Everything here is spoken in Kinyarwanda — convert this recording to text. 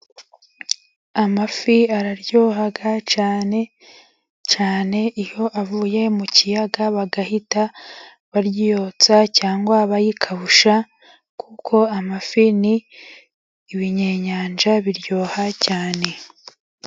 Amafi araryoha cyane, cyane cyane iyo avuye mu kiyaga bagahita baryotsa cyangwa abaka yakabusha kuko amafi n'ibinyenyanja biryoha cyane.